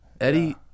Eddie